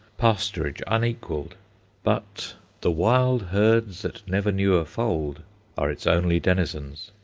pasturage unequalled but the wild herds that never knew a fold are its only denizens.